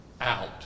out